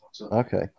okay